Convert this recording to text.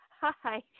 hi